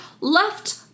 left